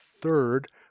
Third